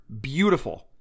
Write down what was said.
beautiful